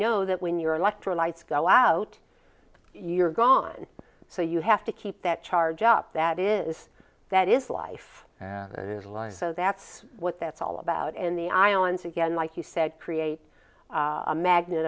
know that when your electrolytes go out you're gone so you have to keep that charge up that is that is life is life so that's what that's all about in the islands again like you said create a magnet